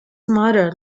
mother